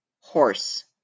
horse